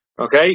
okay